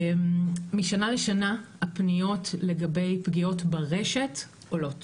משנה לשנה הפניות לגבי פניות ברשת עולות